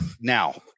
Now